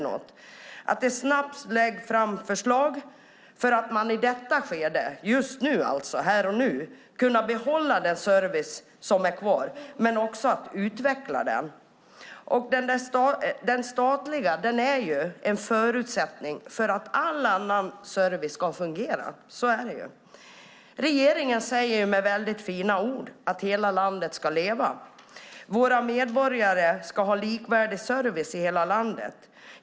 Det måste snabbt läggas fram förslag så att man i detta skede, här och nu, kan behålla den service som är kvar men också utveckla den. Den statliga servicen är en förutsättning för att all annan service ska fungera. Regeringen säger med fina ord att hela landet ska leva och att våra medborgare ska ha likvärdig service i hela landet.